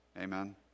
Amen